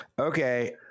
Okay